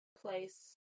place